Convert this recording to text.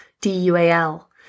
D-U-A-L